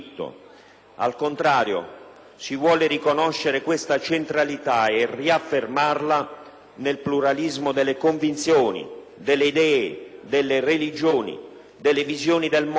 Al contrario, si vuole riconoscere questa centralità e riaffermarla nel pluralismo delle convinzioni, delle idee, delle religioni, delle visioni del mondo